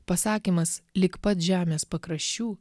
pasakymas lig pat žemės pakraščių